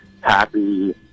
happy